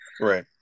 Right